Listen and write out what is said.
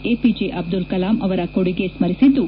APJ Abdul Kalam ಅವರ ಕೊಡುಗೆ ಸ್ನರಿಸಿದ್ದು